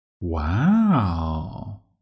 Wow